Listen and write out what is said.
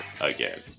again